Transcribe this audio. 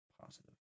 positive